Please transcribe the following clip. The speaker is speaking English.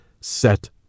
set